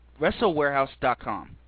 WrestleWarehouse.com